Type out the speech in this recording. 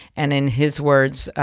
and in his words,